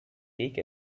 take